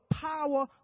power